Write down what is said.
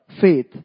faith